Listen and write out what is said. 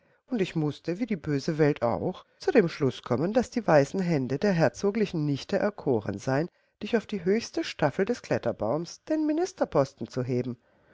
und ich mußte wie die böse welt auch zu dem schluß kommen daß die weißen hände der herzoglichen nichte erkoren seien dich auf die höchste staffel des kletterbaumes den ministerposten zu heben